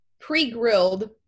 pre-grilled